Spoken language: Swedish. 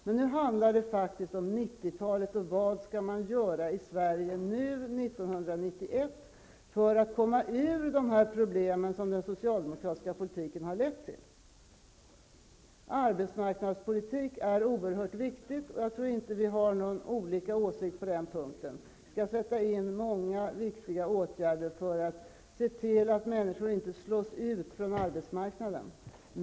Men nu handlar det faktiskt om 90-talet och vad man skall göra i Sverige nu 1991 för att komma ut ur de problem som den socialdemokratiska politiken har lett till. Arbetsmarknadspolitiken är oerhört viktig. Jag tror inte att vi har några olika åsikter på den punkten. Vi skall sätta in många viktiga åtgärder för att se till att människor inte slås ut från arbetsmarknaden.